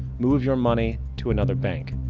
move your money to another bank.